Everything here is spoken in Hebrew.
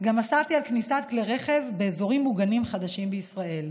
גם אסרתי כניסת כלי רכב באזורים מוגנים חדשים בישראל,